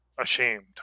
ashamed